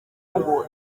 ngo